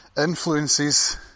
influences